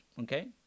okay